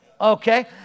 Okay